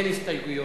אין הסתייגויות.